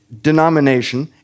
denomination